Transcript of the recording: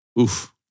Oof